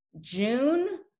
June